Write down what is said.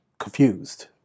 confused